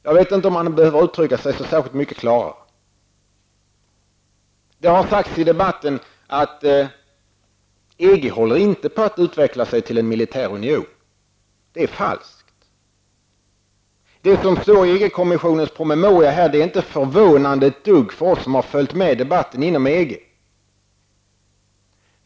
Jag vet inte om man behöver uttrycka sig så särskilt mycket klarare. Det har sagts i debatten att EG inte håller på att utveckla sig till en militär union. Det är falskt. Vad som står i EG-kommissionens promemoria är inte ett dugg förvånande för oss som har följt med debatten inom EG.